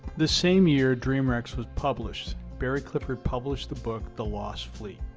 the same year dream wrecks was published, barry clifford published the book the lost fleet.